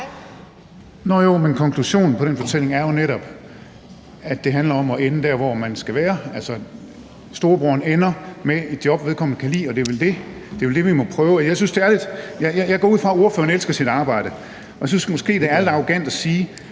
Nå jo, men konklusionen på den fortælling er jo netop, at det handler om at ende der, hvor man skal være. Altså, storebroren ender med et job, vedkommende kan lide, og det er vel det, vi må prøve. Jeg går ud fra, at ordføreren elsker sit arbejde, og jeg synes måske, det er lidt arrogant at sige,